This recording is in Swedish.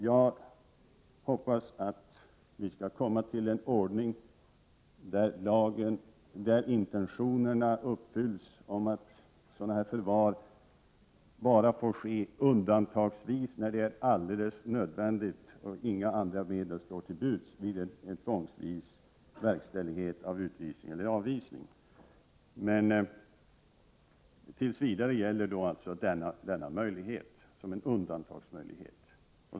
Jag hoppas att vi skall få en sådan ordning att intentionerna uppfylls, så att förvaring av detta slag får ske bara i undantagsfall, när det är alldeles nödvändigt och inga andra medel står till buds vid en tvångsvis verkställighet av utvisning eller avvisning. Men tills vidare gäller denna möjlighet såsom ett undantag.